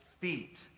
feet